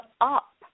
up